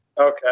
Okay